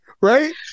Right